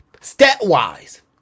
stat-wise